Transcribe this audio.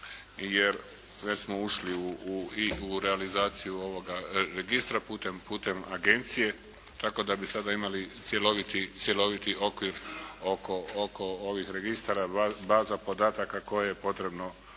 jer već smo ušli i u realizaciju ovoga registra putem agencije, tako da bi sada imali cjeloviti okvir oko ovih registara, baza podataka koju je potrebno